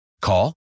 Call